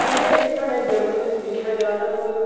क्योंकि साढ़े जम्मू बिच्च दिक्खेआ जा तां मतलब